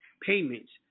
payments